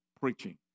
preaching